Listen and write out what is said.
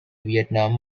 vietnam